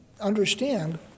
understand